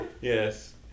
Yes